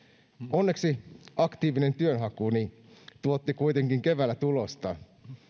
onneksi aktiivinen työnhakuni tuotti kuitenkin keväällä tulosta